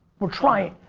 we're trying.